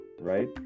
Right